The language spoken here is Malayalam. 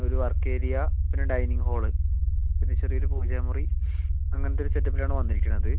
ഒരു വർക്ക് ഏരിയ പിന്നെ ഡൈനിങ് ഹോള് പിന്നെ ചെറിയ ഒരു പൂജാ മുറി അങ്ങനത്തെ ഒരു സെറ്റപ്പിലാണ് വന്നിരിക്കുന്നത്